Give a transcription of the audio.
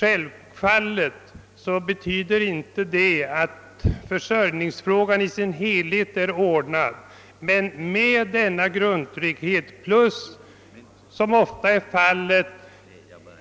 Självfallet innebär detta inte att försörjningsfrågan i sin helhet skulle vara ordnad, men med denna grundtrygghet plus, vilket ofta förekommer,